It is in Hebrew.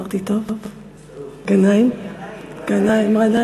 חבר הכנסת ליפמן, לצערי מה שאני